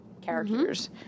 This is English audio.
characters